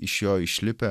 iš jo išlipę